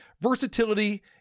versatility